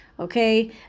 Okay